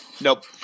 Nope